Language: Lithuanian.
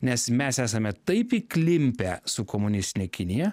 nes mes esame taip įklimpę su komunistine kinija